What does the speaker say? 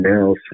else